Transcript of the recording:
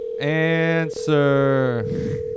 Answer